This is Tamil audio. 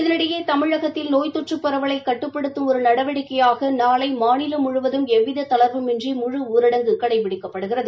இதனிடையே தமிழகத்தில் நோய் தொற்று பரவலை கட்டுப்படுத்தும் ஒரு நடவடிக்கையாக நாளை மாநிலம் முழுவும் எவ்வித தளா்புமின்றி முழு ஊரடங்கு கடைபிடிக்கப்படுகிறது